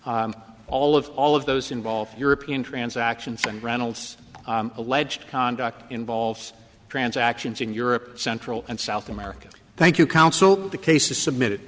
all of all of those involved european transactions and reynolds alleged conduct involves transactions in europe central and south america thank you counsel the case is submitted